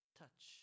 touch